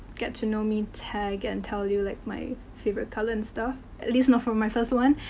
get-to-know-me i mean tag and tell you like my favorite color and stuff. at least not for my first one.